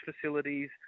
facilities